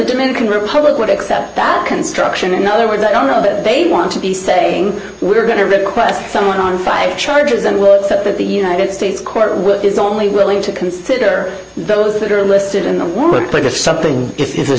dominican republic would accept that construction in other words i don't know that they want to be saying we're going to request someone on five charges and looks at the united states court is only willing to consider those that are listed in the workplace or something if there's